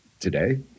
today